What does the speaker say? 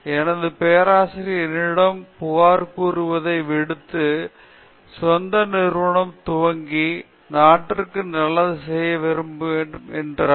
எனது பேராசிரியர் என்னிடம் புகார் கூறுவதை விடுத்து சொந்த நிறுவனம் துவங்கி நாட்டிற்கு நல்லது செய்ய வேண்டும் என்றார்